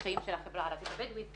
לחיים של החברה הערבית הבדואית,